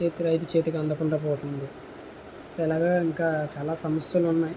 చేతి రైతు చేతికి అందకుండా పోతుంది సో అలాగా ఇంకా చాలా సమస్యలు ఉన్నాయి